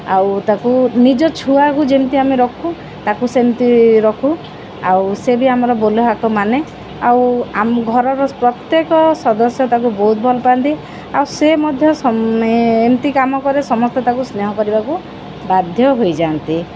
ଆଉ ତାକୁ ନିଜ ଛୁଆକୁ ଯେମିତି ଆମେ ରଖୁ ତାକୁ ସେମିତି ରଖୁ ଆଉ ସେ ବି ଆମର ବୋଲ ହାକ ମାନେ ଆଉ ଆମ ଘରର ପ୍ରତ୍ୟେକ ସଦସ୍ୟ ତାକୁ ବହୁତ ଭଲ ପାଆନ୍ତି ଆଉ ସେ ମଧ୍ୟ ଏମିତି କାମ କରେ ସମସ୍ତେ ତାକୁ ସ୍ନେହ କରିବାକୁ ବାଧ୍ୟ ହୋଇଯାଆନ୍ତି